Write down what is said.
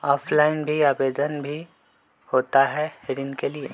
Offline भी आवेदन भी होता है ऋण के लिए?